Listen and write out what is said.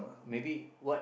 maybe what